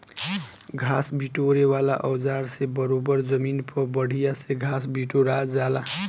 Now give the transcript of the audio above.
घास बिटोरे वाला औज़ार से बरोबर जमीन पर बढ़िया से घास बिटोरा जाला